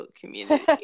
community